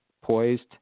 poised